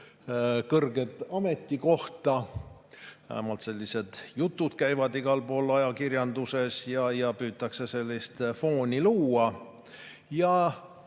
kõrget ametikohta. Vähemalt sellised jutud käivad igal pool ajakirjanduses ja püütakse sellist fooni luua.